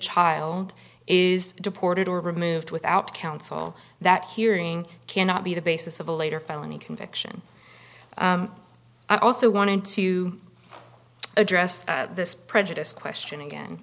child is deported or removed without counsel that hearing cannot be the basis of a later felony conviction i also wanted to address this prejudice question again